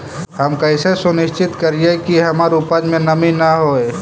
हम कैसे सुनिश्चित करिअई कि हमर उपज में नमी न होय?